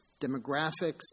demographics